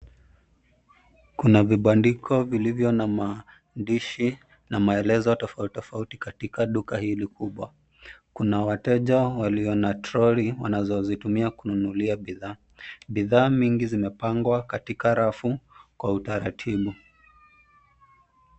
Kundi vibandiko vilivyo na maandishi na maelezo tofauti tofauti katika duka hili kubwa. Kuna wateja walio na troli wanazozitumia kununulia bidhaa. Bidhaa mingi zimepangwa katika rafu kwa utaratibu.